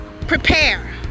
Prepare